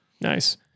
nice